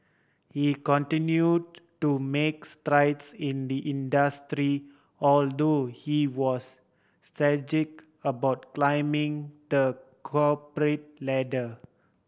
he continue to make strides in the industry although he was strategic about climbing the corporate ladder